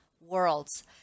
worlds